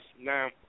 Now